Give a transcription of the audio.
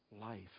life